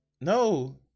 no